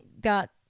got